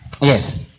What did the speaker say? Yes